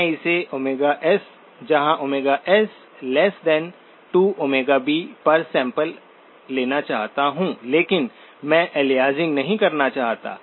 मैं इसे s जहां s 2B पर सैंपल लेना चाहता हूं लेकिन मैं अलियासिंग नहीं करना चाहता